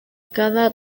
cada